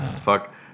Fuck